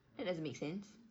that doesn't make sense